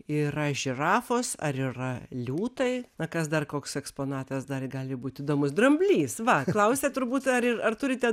yra žirafos ar yra liūtai na kas dar koks eksponatas dar gali būt įdomus dramblys va klausia turbūt ar ir ar turite